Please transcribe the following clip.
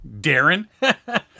Darren